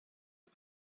the